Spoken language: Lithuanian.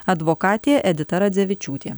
advokatė edita radzevičiūtė